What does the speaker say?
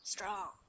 Strong